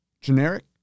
Generic